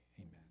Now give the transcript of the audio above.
Amen